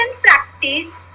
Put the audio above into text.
practice